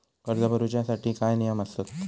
कर्ज भरूच्या साठी काय नियम आसत?